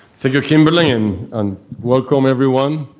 thank you, kimberly. and um welcome everyone.